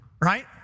right